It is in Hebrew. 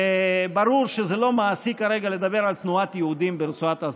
וברור שזה לא מעשי כרגע לדבר על תנועת יהודים ברצועת עזה.